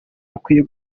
bakwiye